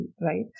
right